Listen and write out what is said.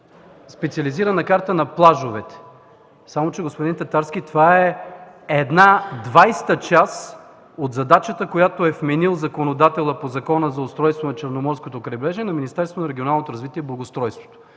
специализирана карта на плажовете. Само че, господин Татарски, това е една двадесета част от задачата, която е вменил законодателят по Закона за устройството на Черноморското крайбрежие на Министерството на регионалното развитие и благоустройството.